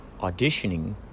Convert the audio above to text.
auditioning